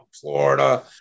Florida